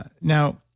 Now